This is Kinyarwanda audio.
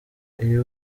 iyo